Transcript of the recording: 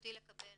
זכותי לקבל